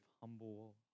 humble